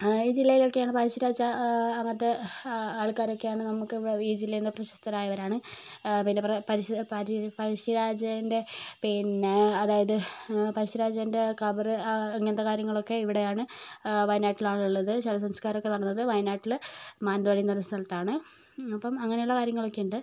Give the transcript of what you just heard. ആ ഈ ജില്ലയിലൊക്കെ ആണ് പഴശ്ശിരാജ അങ്ങനത്തെ ആൾക്കാരൊക്കെ ആണ് നമുക്ക് നമ്മുടെ ഈ ജില്ലയിൽ നിന്ന് പ്രശസ്തരായവരാണ് പിന്നെ പറ പരശ്ശി പഴശ്ശിരാജേൻ്റെ പിന്നെ അതായത് പഴശ്ശിരാജേൻ്റെ കബറ് അങ്ങനത്തെ കാര്യങ്ങളൊക്കെ ഇവിടെ ആണ് വയനാട്ടിലാണ് ഉള്ളത് ശവ സംസ്കാരൊക്കെ നടന്നത് വയനാട്ടില് മാനന്തവാടി എന്ന് പറയുന്ന സ്ഥലത്താണ് അപ്പം അങ്ങനെയുള്ള കാര്യങ്ങളൊക്കെ ഉണ്ട്